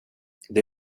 det